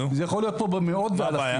זה יכול להיות מדובר כאן מאות ואלפים.